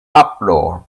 uproar